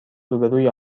روبهروی